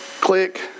Click